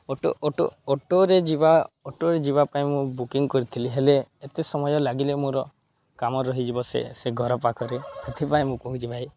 auto auto ଅଟୋରେ ଯିବା ଅଟୋରେ ଯିବା ପାଇଁ ମୁଁ ବୁକିଂ କରିଥିଲି ହେଲେ ଏତେ ସମୟ ଲାଗିଲେ ମୋର କାମ ରହିଯିବ ସେ ସେ ଘର ପାଖରେ ସେଥିପାଇଁ ମୁଁ କହୁଛି ଭାଇ